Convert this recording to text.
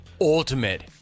ultimate